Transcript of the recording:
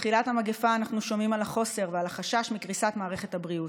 מתחילת המגפה אנחנו שומעים על החוסר ועל החשש מקריסת מערכת הבריאות.